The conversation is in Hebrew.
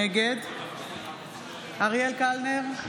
נגד אריאל קלנר,